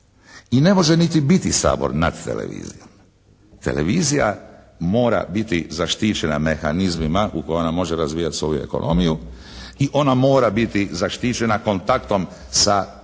I ne može niti biti Sabor nad televizijom. Televizija mora biti zaštićena mehanizmima u koji ona može razvijati svoju ekonomiju i ona mora biti zaštićena kontaktom sa predstavnikom